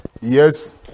yes